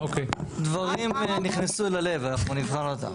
דברים נכנסו ללב, אנחנו נבחן אותם.